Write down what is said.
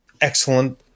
excellent